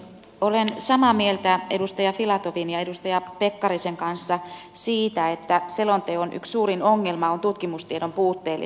olen samaa mieltä edustaja filatovin ja edustaja pekkarisen kanssa siitä että selonteon yksi suurimmista ongelmista on tutkimustiedon puutteellisuus